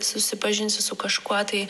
susipažinsi su kažkuo tai